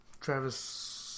Travis